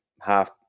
half